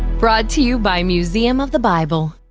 brought to you by museum of the bible